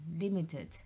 limited